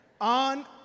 on